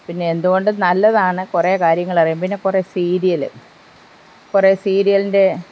പിന്നെ എന്തുകൊണ്ടും നല്ലതാണ് കുറേ കാര്യങ്ങൾ അറിയാൻ പിന്നെ കുറേ സീരിയൽ കുറേ സീരിയലിന്റെ